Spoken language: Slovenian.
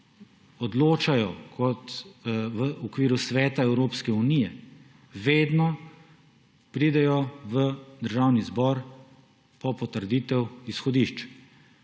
odločajo v okviru Sveta Evropske unije, vedno pridejo v Državni zbor po potrditev izhodišč.